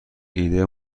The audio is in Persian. ایده